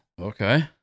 okay